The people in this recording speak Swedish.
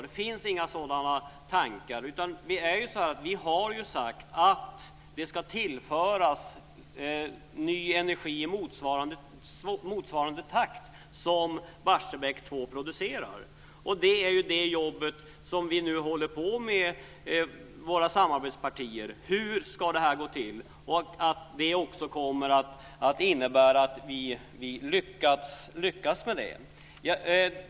Det finns inga sådana tankar. Vi har sagt att det ska tillföras ny energi i motsvarande takt som Barsebäck 2 producerar, och hur det ska gå till jobbar vi nu med tillsammans med våra samarbetspartier. Det innebär också att vi kommer att lyckas med det.